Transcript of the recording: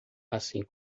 assim